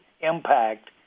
impact